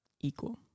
equal